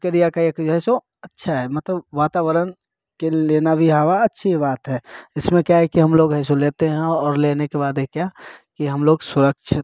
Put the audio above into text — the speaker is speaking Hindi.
प्रक्रिया का ऐसे अच्छा है मतलब वातावरण के लेना भी हवा अच्छी बात है इसमें क्या है कि हम लोग ऐसो लेते हैं और लेने के बाद क्या कि हम लोग सुरक्षित